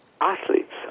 athletes